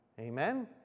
Amen